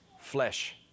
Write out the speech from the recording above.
flesh